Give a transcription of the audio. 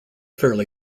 fairly